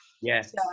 Yes